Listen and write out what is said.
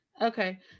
Okay